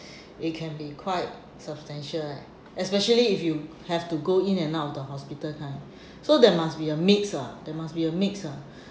it can be quite substantial right especially if you have to go in and out of the hospital time so there must be a mix lah there must be a mix lah